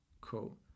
Cool